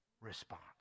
response